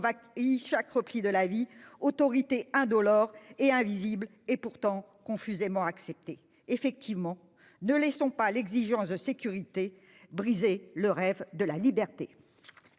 chaque repli de la vie, autorité indolore et invisible et pourtant confusément acceptée. » Ne laissons pas l'exigence de sécurité briser le rêve de liberté